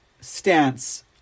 stance